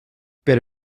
però